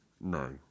no